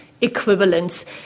equivalents